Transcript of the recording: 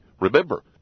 Remember